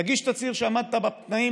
תגיש תצהיר שעמדת בתנאים,